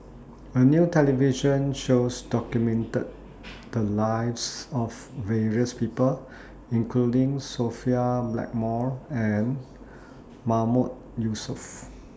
A New television shows documented The Lives of various People including Sophia Blackmore and Mahmood Yusof